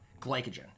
glycogen